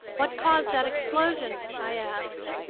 what caused that explosion? i asked.